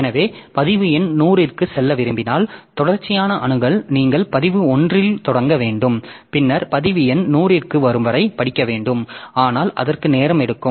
எனவே பதிவு எண் 100 க்கு செல்ல விரும்பினால் தொடர்ச்சியான அணுகல் நீங்கள் பதிவு 1 இல் தொடங்க வேண்டும் பின்னர் பதிவு எண் 100 க்கு வரும் வரை படிக்க வேண்டும் ஆனால் அதற்கு நேரம் எடுக்கும்